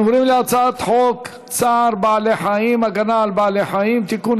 אנחנו עוברים להצעת חוק צער בעלי חיים (הגנה על בעלי חיים) (תיקון,